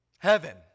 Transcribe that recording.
Heaven